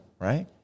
Right